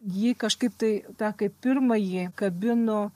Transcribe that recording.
jį kažkaip tai tą kaip pirmąjį kabino